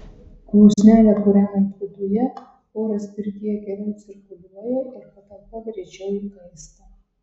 krosnelę kūrenant viduje oras pirtyje geriau cirkuliuoja ir patalpa greičiau įkaista